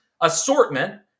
Assortment